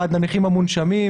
עד הנכים המונשמים.